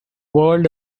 world